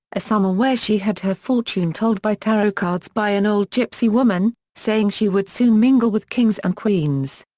a summer where she had her fortune told by tarot cards by an old gypsy woman, saying she would soon mingle with kings and queens.